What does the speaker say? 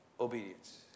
obedience